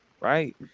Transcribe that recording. Right